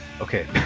Okay